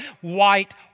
white